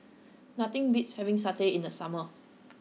nothing beats having satay in the summer